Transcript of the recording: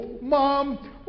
mom